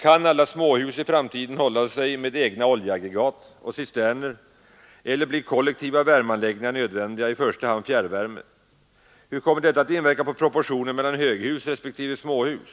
Kan alla småhus i framtiden hålla sig med egna oljeaggregat och cisterner, eller blir kollektiva värmeanläggningar nödvändiga, i första hand fjärrvärme? Hur kommer detta att inverka på proportionen mellan höghus respektive småhus?